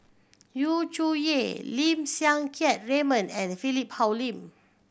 Yu Zhuye Lim Siang Keat Raymond and Philip Hoalim